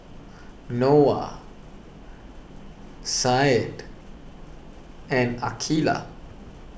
Noah Said and Aqilah